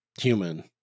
human